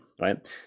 right